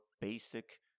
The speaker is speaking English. basic